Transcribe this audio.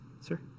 Sir